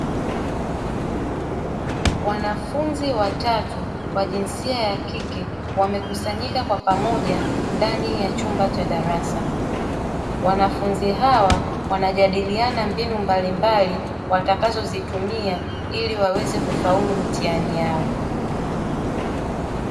Wanafunzi watatu wa jinsia ya kike, wamekusanyika kwa pamoja ndani ya chumba cha darasa. Wanafunzi hawa wanajadiliana mbinu mbalimbali watakazozitumia ili waweze kufaulu mitihani yao.